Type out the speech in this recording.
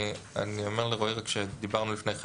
אני אומר לרועי רק שדיברנו לפני כן